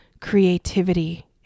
creativity